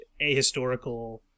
ahistorical